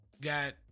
Got